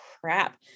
crap